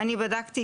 אני בדקתי.